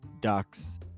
ducks